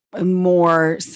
more